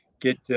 get